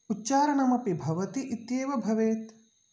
उच्चारणमपि भवति इत्येव भवेत्